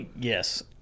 Yes